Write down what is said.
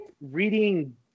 reading